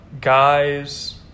guys